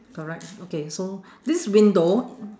correct okay so this window